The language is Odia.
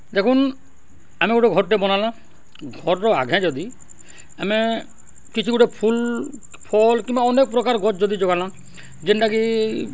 ଦେଖୁନ୍ ଆମେ ଗୁଟେ ଘର୍ଟେ ବନାଲା ଘର୍ର ଆଗେ ଯଦି ଆମେ କିଛି ଗୁଟେ ଫୁଲ୍ ଫଲ୍ କିମ୍ବା ଅନେକ୍ ପ୍ରକାର୍ ଗଛ୍ ଯଦି ଜଗାଲାଁ ଯେନ୍ଟାକି